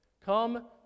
come